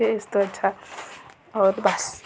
ते इसतूं अच्छा और बस